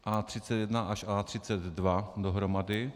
A31 až A32 dohromady.